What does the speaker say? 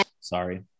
Sorry